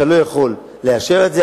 אתה לא יכול לאשר את זה,